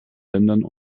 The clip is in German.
ländern